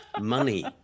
money